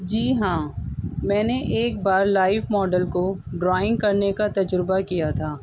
جی ہاں میں نے ایک بار لائیو ماڈل کو ڈرائنگ کرنے کا تجربہ کیا تھا